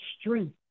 strength